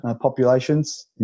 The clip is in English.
populations